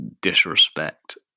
disrespect